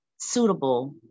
suitable